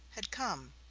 had come,